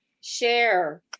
share